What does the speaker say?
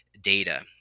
data